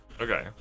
Okay